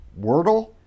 Wordle